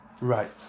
Right